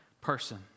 person